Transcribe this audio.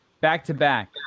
back-to-back